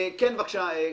בבקשה,